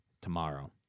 tomorrow